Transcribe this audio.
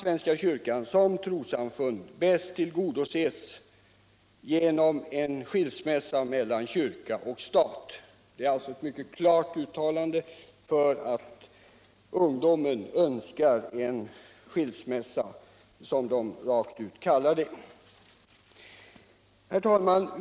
”Svenska kyrkan som trossamfund tillgodoses bäst genom en skilsmässa mellan kyrka och stat.” Det är således ett mycket klart uttalande för att ungdomen önskar en skilsmässa, som de rakt på sak kallar det. Herr talman!